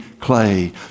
clay